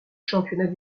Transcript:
championnats